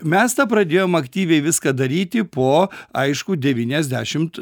mes tą pradėjom aktyviai viską daryti po aiškų devyniasdešimt